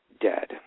dead